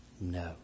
No